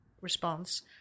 response